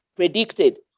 predicted